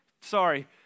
sorry